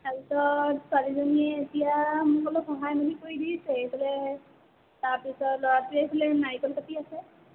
তাৰপিছত ছোৱালীজনীয়ে এতিয়া মোক অলপ সহায় মেলি কৰি দিছে এইফালে তাৰপিছত ল'ৰাটোৱে এইফালে নাৰিকল কাটি আছে